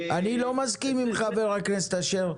אני לא מסכים עם חבר הכנסת אשר,